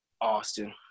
Austin